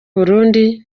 burundi